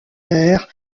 terres